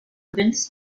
vince